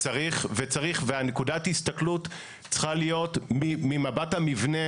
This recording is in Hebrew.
ונקודת ההסתכלות צריכה להיות ממבט המבנה,